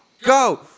go